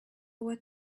what